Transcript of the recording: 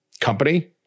company